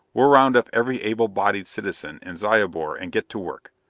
we'll round up every able bodied citizen in zyobor and get to work.